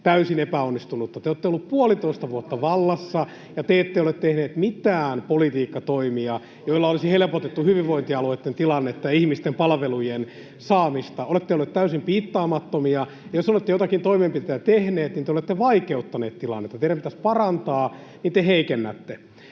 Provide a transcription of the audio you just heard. täysin epäonnistunutta. Te olette olleet puolitoista vuotta vallassa, ja te ette ole tehneet mitään politiikkatoimia, joilla olisi helpotettu hyvinvointialueitten tilannetta ja ihmisten palvelujen saamista. Olette olleet täysin piittaamattomia, ja jos olette joitakin toimenpiteitä tehneet, niin te olette vaikeuttaneet tilannetta. Kun teidän pitäisi parantaa, niin te heikennätte.